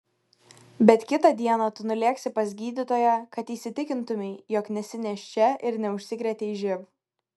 bet kitą dieną tu nulėksi pas gydytoją kad įsitikintumei jog nesi nėščia ir neužsikrėtei živ